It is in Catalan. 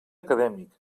acadèmic